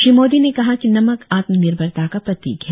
श्री मोदी ने कहा कि नमक आत्मनिर्भरता का प्रतीक है